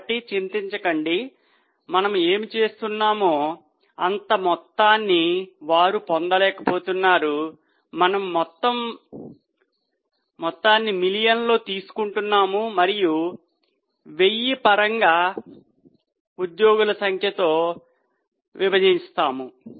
కాబట్టి చింతించకండి మనం ఏమి చేస్తున్నామో అంత ఎక్కువ మొత్తాన్ని వారు పొందలేకపోతున్నారు మనం మొత్తం మొత్తాన్ని మిలియన్లలో తీసుకుంటున్నాము మరియు 1000 పరంగా ఉద్యోగుల సంఖ్యతో విభజించాము